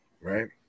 Right